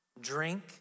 drink